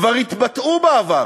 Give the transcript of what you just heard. כבר התבטאו בעבר,